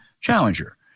challenger